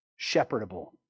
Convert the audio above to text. shepherdable